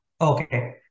Okay